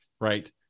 right